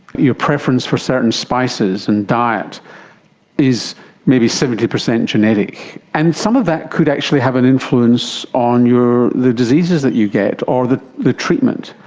your preference for certain spices and diet is maybe seventy percent genetic. and some of that could actually have an influence on the diseases that you get or the the treatment.